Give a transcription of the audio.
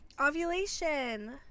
Ovulation